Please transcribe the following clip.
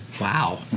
Wow